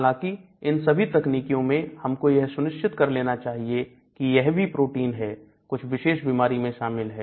हालांकि इन सभी तकनीकीओं में हमको यह सुनिश्चित कर लेना चाहिए की यह वही प्रोटीन है कुछ विशेष बीमारी में शामिल है